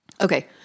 Okay